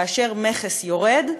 כאשר המכס יורד,